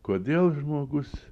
kodėl žmogus